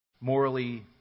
morally